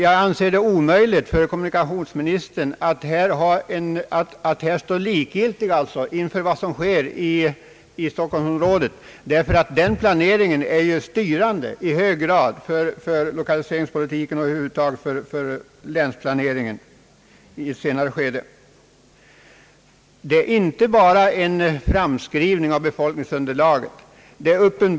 Jag anser att det borde vara omöjligt för kommunikationsministern att stå likgiltig inför vad som sker i stockholmsområdet, ty planeringen där är ju i hög grad styrande för lokaliseringspolitiken och för länsplaneringen. Planen är inte bara en framskrivning av befolkningsunderlaget.